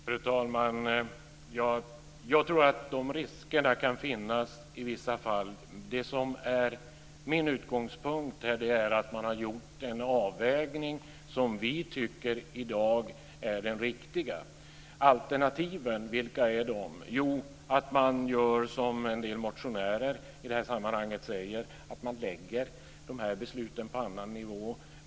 Fru talman! Jag tror att dessa risker kan finnas i vissa fall. Det som är min utgångspunkt här är att man har gjort en avvägning som vi i dag tycker är den riktiga. Vilka är alternativen? Jo, att man gör som en del motionärer i det här sammanhanget säger, nämligen att man lägger besluten på annan nivå.